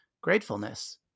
gratefulness